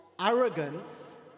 arrogance